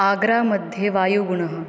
आग्रा मध्ये वायुगुणः